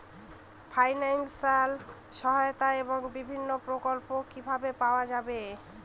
Financial সহায়তা এবং বিভিন্ন প্রকল্প কিভাবে পাওয়া যাবে?